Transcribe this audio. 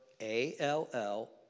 A-L-L